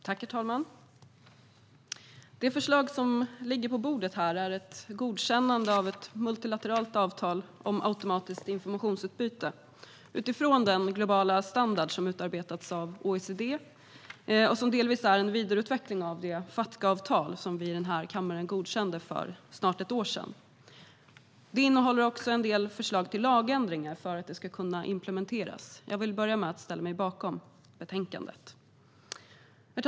Herr talman! Det förslag som ligger på bordet här är ett godkännande av ett multilateralt avtal om automatiskt informationsutbyte utifrån den globala standard som utarbetats av OECD och som delvis är en vidareutveckling av det Fatca-avtal vi i den här kammaren godkände för snart ett år sedan. Det innehåller också en del förslag till lagändringar för att det ska kunna implementeras. Jag börjar med att ställa mig bakom utskottets förslag i betänkandet. Herr talman!